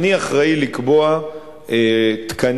אני אחראי לקבוע תקנים,